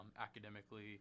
academically